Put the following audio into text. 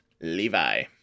Levi